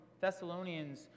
Thessalonians